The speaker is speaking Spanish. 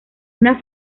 una